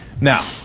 Now